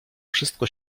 wszystko